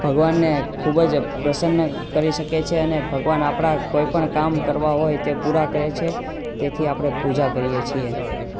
ભગવાનને ખૂબ જ પ્રસન્ન કરી શકે છે અને ભગવાન આપણા કોઈપણ કામ કરવા હોય તે પૂરા કરે છે તેથી આપણે પૂજા કરીએ છીએ